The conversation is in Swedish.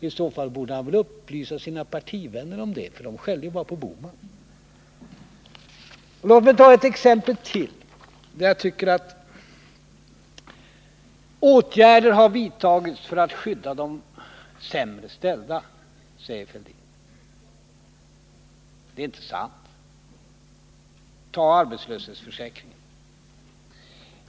I så fall borde han väl upplysa sina partivänner om det, för de skäller ju bara på herr Bohman. Låt mig ta ett exempel till: Åtgärder har vidtagits för att skydda de sämre ställda, säger herr Fälldin. Men det är inte sant. Ta arbetslöshetsförsäkringen!